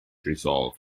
resolved